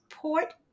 Port